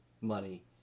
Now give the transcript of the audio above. money